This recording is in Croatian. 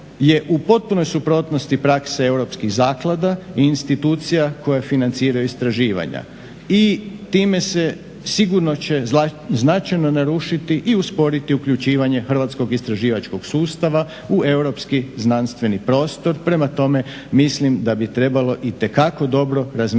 je u potpunoj suprotnosti prakse europskih zaklada i institucija koje financiraju istraživanja i time će se sigurno značajno narušiti i usporiti uključivanje hrvatskog istraživačkog sustava u europski znanstveni prostor. Prema tome, mislim da bi trebao itekako dobro razmisliti